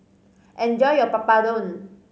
enjoy your Papadum